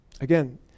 Again